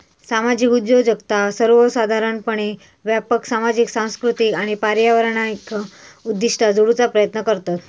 सामाजिक उद्योजकता सर्वोसाधारणपणे व्यापक सामाजिक, सांस्कृतिक आणि पर्यावरणीय उद्दिष्टा जोडूचा प्रयत्न करतत